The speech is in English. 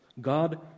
God